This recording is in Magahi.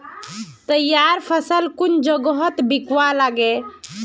तैयार फसल कुन जगहत बिकवा लगे?